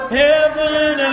heaven